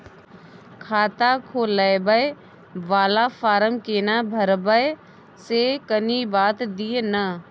खाता खोलैबय वाला फारम केना भरबै से कनी बात दिय न?